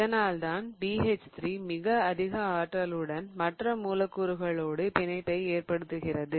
இதனால்தான் BH3 மிக அதிக ஆற்றலுடன் மற்ற மூலக்கூறுகளோடு பிணைப்பை ஏற்படுத்துகிறது